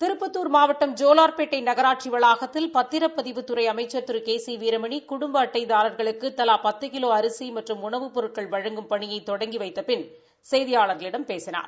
திருப்பத்துா் மாவட்டம் ஜோலா்பேட்டை நகராட்சி வளாகத்தில் பத்திரப்பதிவுத்துறை அமைச்சா் திரு கே சி வீரமணி குடும்ப அட்டைதாரா்களுக்கு தலா பத்து கிலோ அரிசி மற்றும் உணவுப் பொருட்கள் வழங்கும் பணியை தொடங்கி வைத்த பின் செய்தியாளர்களிடம் பேசினார்